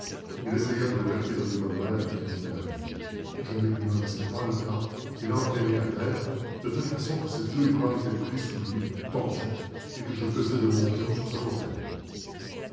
il essaya de braquer le revolver qu'il tenait à la main je ne lui en laissai pas le temps et l'entraînai à terre de telle façon que ses deux bras étaient pris sous lui tordus et que je pesais de mon genou sur sa poitrine